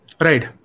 Right